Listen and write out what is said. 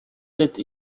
that